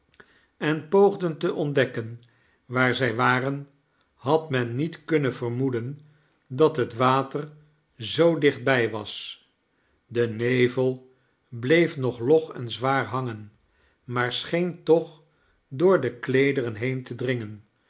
en poogden te ontdekken waar zij waren had men niet kunnen vermoeden dat het water zoo dichtbij was de nevel bleef nog log en zwaar hangen maar scheen toch door de kleederen heen te dringen